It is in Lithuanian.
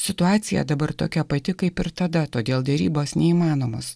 situacija dabar tokia pati kaip ir tada todėl derybos neįmanomos